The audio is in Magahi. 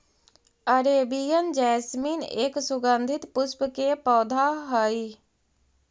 अरेबियन जैस्मीन एक सुगंधित पुष्प के पौधा हई